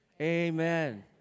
amen